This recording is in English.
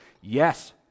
Yes